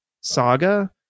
saga